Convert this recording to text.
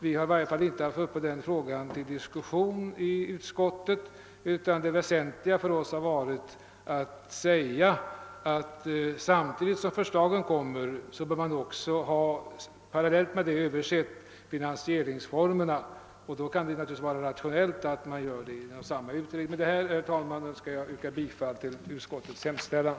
Vi har i varje fall inte haft den frågan uppe till diskussion i utskottet, utan för oss har det väsentliga varit att man, när förslagen kommer, samtidigt bör ha sett över frågan om finansieringsformerna. Det kan naturligtvis vara rationellt att det sker inom samma utredning. Herr talman! Med dessa ord ber jag att få yrka bifall till utskottets hemställan.